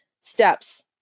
steps